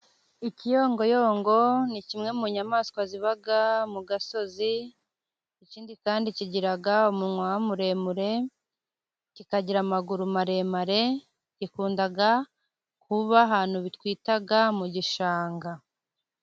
Ikiyongoyongo ni kimwe mu nyamaswa ziba mu gasozi, ikindi kandi kigira umunwa muremure, kikagira amaguru maremare, gikunda kuba ahantu twita mu gishanga.